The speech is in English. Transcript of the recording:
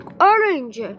orange